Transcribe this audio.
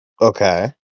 Okay